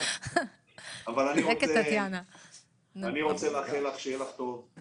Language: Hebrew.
אני רוצה לאחל שיהיה לך טוב.